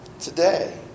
Today